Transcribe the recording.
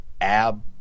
ab